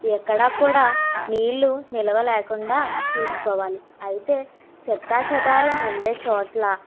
ఎక్కడా కూడా నీళ్లు నిల్వ లేకుండా చూసుకోవాలి అయితే చెత్తాచెదారం ఉండే చోట్లల్లో